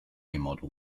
model